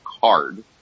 card